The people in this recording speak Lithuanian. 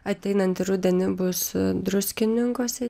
ateinantį rudenį bus druskininkuose